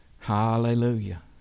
Hallelujah